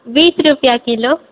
बीस रूपआ किलो